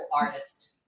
artist